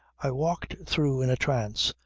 i walked through in a trance,